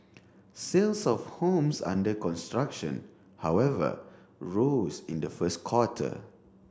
sales of homes under construction however rose in the first quarter